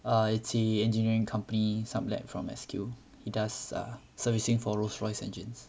err it's the engineering company subject from S_Q he does err servicing for rolls royce engines